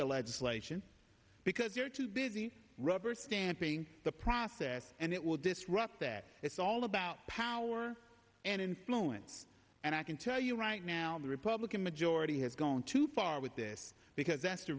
the legislation because they're too busy rubber stamping the process and it will disrupt that it's all about power and influence and i can tell you right now the look a majority has gone too far with this because that's the